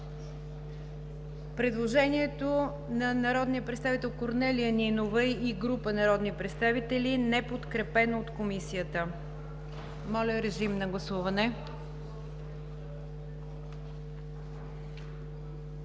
предложението на народния представител Корнелия Нинова и група народни представители, неподкрепено от Комисията. Обявете резултата.